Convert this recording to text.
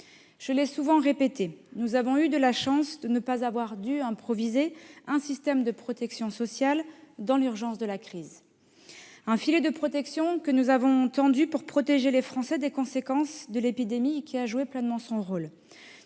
Je l'ai souvent répété : nous avons eu de la chance de ne pas avoir dû improviser un système de protection sociale dans l'urgence de la crise. Le filet de protection que nous avons tendu pour protéger les Français des conséquences de l'épidémie a joué pleinement son rôle.